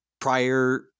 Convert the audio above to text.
prior